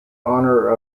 honor